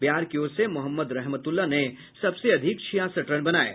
बिहार की ओर से मोहम्मद रहमतुल्ला ने सबसे अधिक छियासठ रन बनाये